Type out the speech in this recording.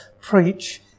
preach